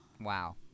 Wow